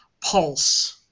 pulse